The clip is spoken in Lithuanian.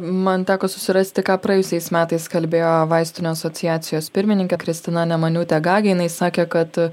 man teko susirasti ką praėjusiais metais kalbėjo vaistinių asociacijos pirmininkė kristina nemaniūtė gagė jinai sakė kad